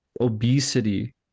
obesity